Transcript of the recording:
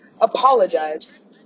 apologize